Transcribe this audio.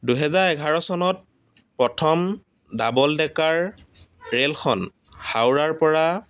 দুহেজাৰ এঘাৰ চনত প্ৰথম ডাবল ডেকাৰ ৰেলখন হাওৰাৰ পৰা